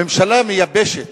הממשלה מייבשת